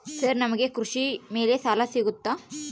Sir ನಮಗೆ ಕೃಷಿ ಮೇಲೆ ಸಾಲ ಸಿಗುತ್ತಾ?